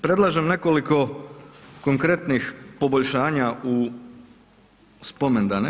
Predlažem nekoliko konkretnih poboljšanja u spomendane.